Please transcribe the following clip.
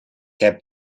heb